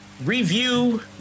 Review